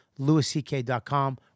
LewisCK.com